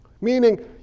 meaning